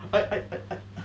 I I I I